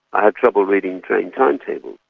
i have trouble reading train timetables.